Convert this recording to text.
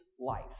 life